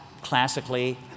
classically